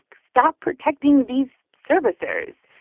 stop protecting these servicers.